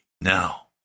now